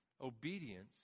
Obedience